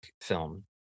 film